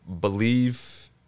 believe